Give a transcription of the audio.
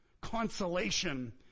consolation